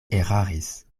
eraris